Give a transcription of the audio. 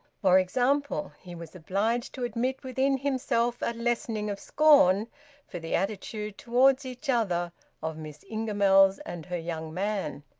for example, he was obliged to admit within himself a lessening of scorn for the attitude toward each other of miss ingamells and her young man.